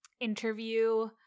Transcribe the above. interview